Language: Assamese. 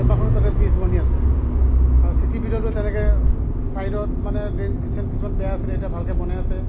কেইবাখনো তাতে ব্ৰীজ বনি আছে আৰু চিটীৰ ভিতৰতো তেনেকৈ চাইডত মানে ড্ৰেইন কিছুমান কিছুমান বেয়া আছিলে এতিয়া ভালকৈ বনাই আছে